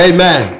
Amen